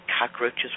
cockroaches